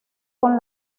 con